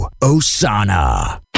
Osana